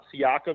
Siakam